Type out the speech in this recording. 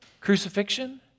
crucifixion